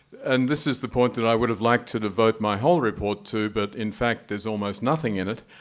and this is the point that i would have liked to devote my whole report to, but in fact, there's almost nothing in it,